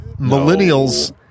millennials